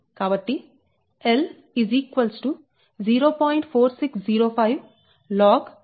కాబట్టి L 0